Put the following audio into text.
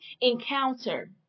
encounter